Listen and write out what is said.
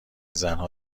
زنها